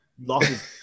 lost